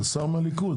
אתה שר מהליכוד.